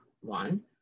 one